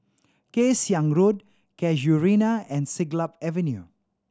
Kay Siang Road Casuarina and Siglap Avenue